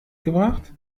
gebracht